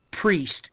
priest